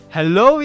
Hello